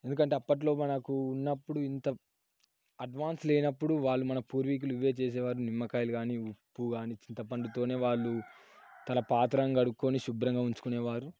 ఎందుకంటే అప్పట్లో మనకు ఉన్నప్పుడు ఇంత అడ్వాన్స్ లేనప్పుడు వాళ్ళు మన పూర్వీకులు ఇవే చేసేవారు నిమ్మకాయలు కానీ ఉప్పు కానీ చింతపండుతోనే వాళ్ళు తల పాత్రలు కడుక్కొని శుభ్రంగా ఉంచుకునేవారు